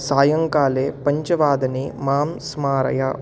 सायङ्काले पञ्चवादने मां स्मारय